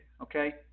okay